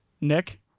Nick